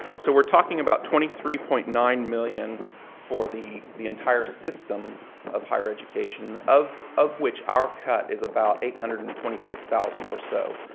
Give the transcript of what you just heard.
so we're talking about twenty three point nine million for the the entire system of higher education, of of which our cut is about eight hundred and twenty six thousand or so.